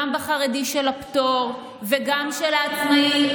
גם בחרדי של הפטור וגם של העצמאי.